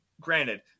granted